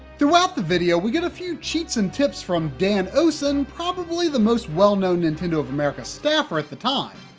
throughout the video, we get a few cheats and tips from dan owsen, probably the most well-known nintendo of america staffer at the time.